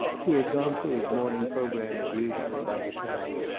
he had gone through his morning program as usual, by the sounds,